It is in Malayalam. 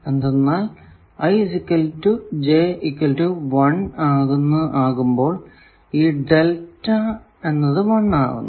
എന്തെന്നാൽ ആകുമ്പോൾ ഈ ഡെൽറ്റ 1 ആകുന്നു